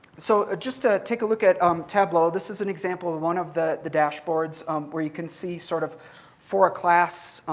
so just to take a look at um tableau, this is an example of one of the the dashboards where you can see, sort of for a class,